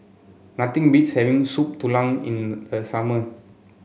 nothing beats having Soup Tulang in the a summer